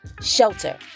Shelter